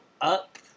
up